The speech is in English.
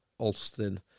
Alston